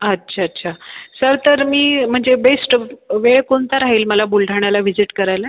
अच्छा अच्छा सर तर मी म्हणजे बेस्ट वेळ कोणता राहील मला बुलढाण्याला व्हिजिट करायला